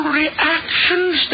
reactions